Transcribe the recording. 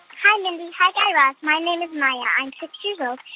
hi, mindy. hi, guy raz. my name is maya. i'm six years old,